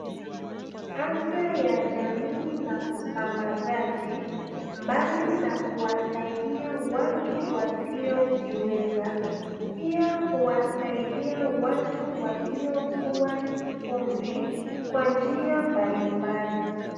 Afya ya jamii na usambazaji mbali na kuwasaidia watu wasio jiweza, pia huwasaidia watu waliokua kiumri kwa njia mbalimbali.